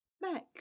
back